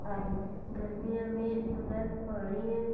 आहे गर्मीअ में अगरि पाणीअ